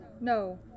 No